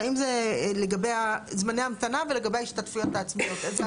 לגבי זמני ההמתנה ולגבי ההשתתפות העצמית.